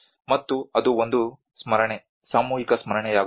ಮತ್ತು ಅದು ಒಂದು ಸ್ಮರಣೆ ಸಾಮೂಹಿಕ ಸ್ಮರಣೆಯಾಗುತ್ತದೆ